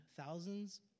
thousands